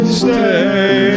stay